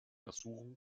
ersuchen